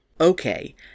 Okay